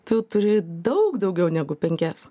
tu turi daug daugiau negu penkias